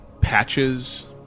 patches